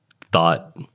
thought